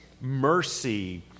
mercy